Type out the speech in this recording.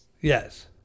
Yes